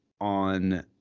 on